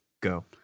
go